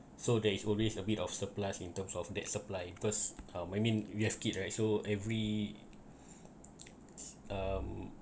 so there is always a bit of surplus in terms of that supply first um I mean we have kid right so every um